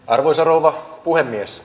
arvoisa rouva puhemies